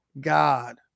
God